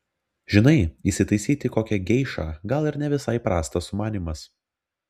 žinai įsitaisyti kokią geišą gal ir ne visai prastas sumanymas